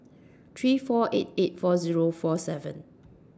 three four eight eight four Zero four seven